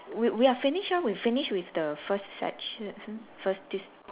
we we are finish ah we finish with the first section first this